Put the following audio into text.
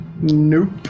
Nope